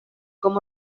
com